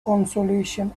consolation